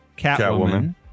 Catwoman